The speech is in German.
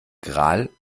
gral